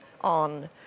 on